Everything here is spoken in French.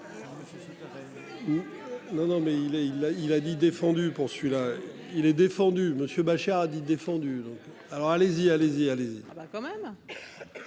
il a il a il a dit défendu pour celui-là il est défendu monsieur Bachar dit défendu. Alors allez-y, allez-y, allez-y. Ah ben quand même.